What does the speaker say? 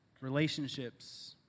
Relationships